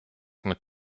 mit